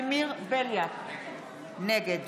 נגד